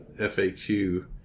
FAQ